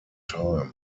time